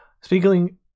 Speaking